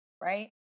Right